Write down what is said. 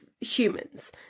humans